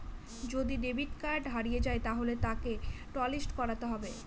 যদি debit card হারিয়ে যায় তাহলে তাকে টলিস্ট করাতে হবে